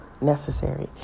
necessary